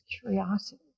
curiosity